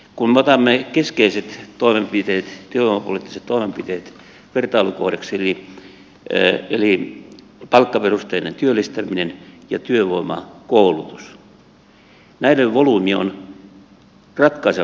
kun me otamme keskeiset työvoimapoliittiset toimenpiteet vertailukohdaksi eli palkkaperusteisen työllistämisen ja työvoimakoulutuksen näiden volyymi on ratkaisevasti vähentynyt